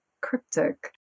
cryptic